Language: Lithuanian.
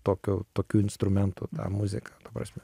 tokiu tokių instrumentų tą muziką ta prasme